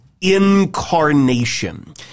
incarnation